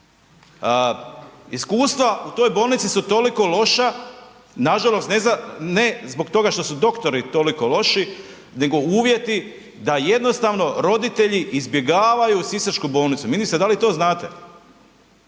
Iskustva u toj bolnici su toliko loša, nažalost ne zbog toga što su doktori toliko loši, nego uvjeti da jednostavno roditelji izbjegavaju sisačku bolnicu. Ministre da li to znate?